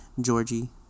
Georgie